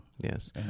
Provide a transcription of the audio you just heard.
Yes